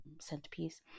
centerpiece